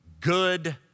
good